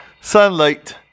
Sunlight